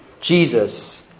Jesus